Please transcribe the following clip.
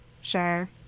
Sure